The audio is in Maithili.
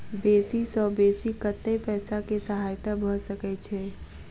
बेसी सऽ बेसी कतै पैसा केँ सहायता भऽ सकय छै?